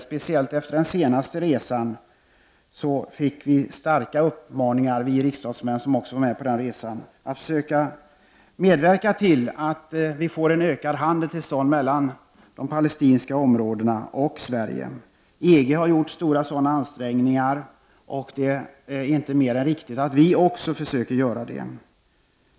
Särskilt vid den senaste resan fick vi riksdagsmän starka uppmaningar att försöka medverka till att vi får en ökad handel till stånd mellan Sverige och de palestinska områdena. EG har gjort stora sådana ansträngningar, och det är inte mer än riktigt att vi också försöker göra det.